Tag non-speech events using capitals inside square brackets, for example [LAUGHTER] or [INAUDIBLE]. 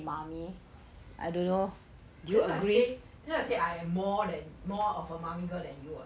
[NOISE] that's why I say that's why I say I am more than more of a mummy girl than you [what]